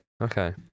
Okay